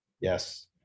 Yes